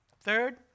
Third